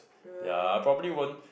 ya I probably won't